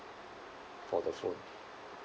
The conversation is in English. for the phone